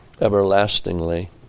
everlastingly